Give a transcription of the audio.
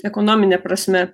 ekonomine prasme